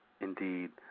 Indeed